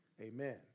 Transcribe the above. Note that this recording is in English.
Amen